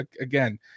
again